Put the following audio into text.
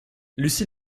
lucy